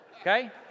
okay